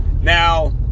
Now